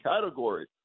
category